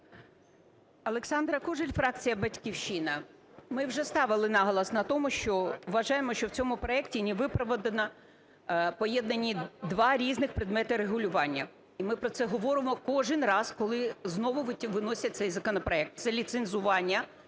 Олександра Кужель, фракція "Батьківщина". Ми вже ставили наголос на тому, що вважаємо, що в цьому проекті невиправдано поєднані два різних предмети регулювання, і ми про це говоримо кожен раз, коли знову виносять цей законопроект. Це ліцензування,